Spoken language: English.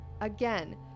Again